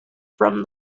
from